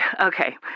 Okay